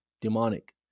demonic